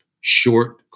short